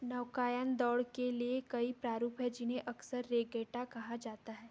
नौकायन दौड़ के लिए कई प्रारूप है जिन्हें अक्सर रेगैटा कहा जाता है